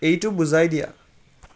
এইটো বুজাই দিয়া